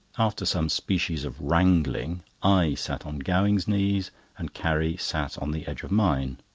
after some species of wrangling, i sat on gowing's knees and carrie sat on the edge of mine.